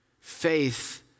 Faith